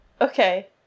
Okay